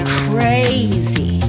crazy